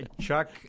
Chuck